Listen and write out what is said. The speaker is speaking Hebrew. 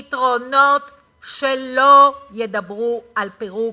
פתרונות אמיתיים,